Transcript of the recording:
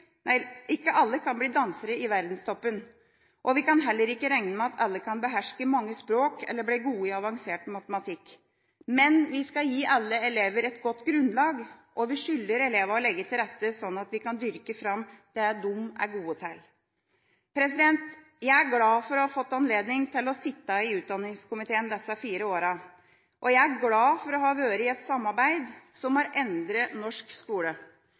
regne med at alle kan beherske mange språk eller bli gode i avansert matematikk. Men vi skal gi alle elever et godt grunnlag, og vi skylder elevene å legge til rette, slik at vi kan dyrke fram det de er gode til. Jeg er glad for å ha fått anledning til å sitte i utdanningskomiteen disse fire årene, og jeg er glad for å ha vært i et samarbeid som har endret norsk skole.